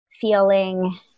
feeling